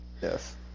Yes